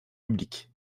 publique